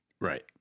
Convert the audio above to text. right